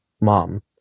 mom